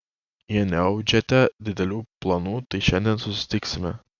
jei neaudžiate didelių planų tai šiandien susitikime